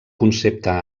concepte